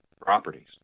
properties